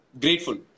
grateful